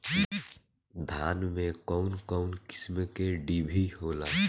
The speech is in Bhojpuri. धान में कउन कउन किस्म के डिभी होला?